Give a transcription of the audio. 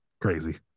crazy